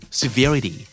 severity